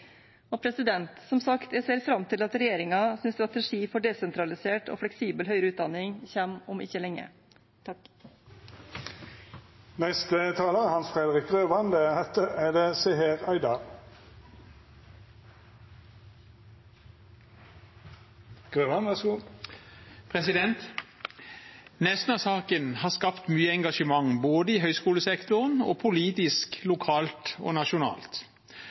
Som sagt, jeg ser fram til at regjeringens strategi for desentralisert og fleksibel høyere utdanning kommer om ikke lenge. Nesna-saken har skapt mye engasjement både i høyskolesektoren og politisk, lokalt og nasjonalt – og det med god grunn, for det er ikke alltid lett å manøvrere i